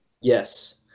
Yes